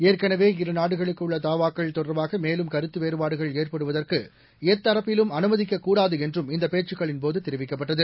ஏற்கனவே இருநாடுகளுக்கு உள்ள தாவாக்கள் தொடர்பாக மேலும் கருத்து வேறுபாடுகள் ஏற்படுவதற்கு எத்தரப்பிலும் அனுமதிக்கக்கூடாது என்றும் இந்தப் பேச்சுக்களின்போது தெரிவிக்கப்பட்டது